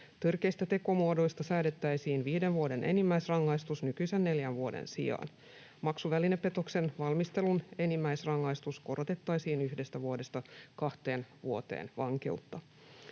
Törkeistä tekomuodoista säädettäisiin viiden vuoden enimmäisrangaistus nykyisen neljän vuoden sijaan. Maksuvälinepetoksen valmistelun enimmäisrangaistus korotettaisiin yhdestä vuodesta kahteen vuoteen vankeutta.